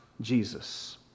Jesus